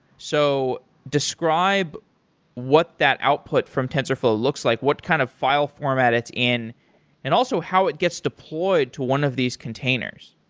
so describe what that output from tensorflow looks like. what kind of file format it's in and also how it gets deployed to one of these containers.